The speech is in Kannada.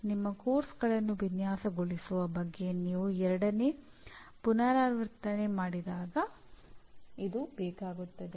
ನಿಮ್ಮ ಪಠ್ಯಕ್ರಮಗಳನ್ನು ವಿನ್ಯಾಸಗೊಳಿಸುವ ಬಗ್ಗೆ ನೀವು ಎರಡನೇ ಪುನರಾವರ್ತನೆ ಮಾಡಿದಾಗ ಇದು ಬೇಕಾಗುತ್ತದೆ